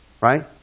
Right